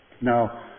Now